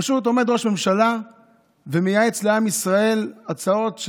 פשוט עומד ראש הממשלה ומייעץ לעם ישראל הצעות,